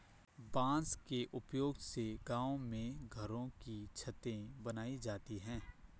बांस के उपयोग से गांव में घरों की छतें बनाई जाती है